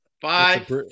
five